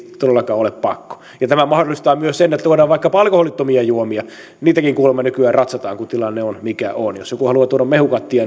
ole pakko tämä mahdollistaa myös sen että tuodaan vaikkapa alkoholittomia juomia niitäkin kuulemma nykyään ratsataan kun tilanne on mikä on jos joku haluaa tuoda mehukattia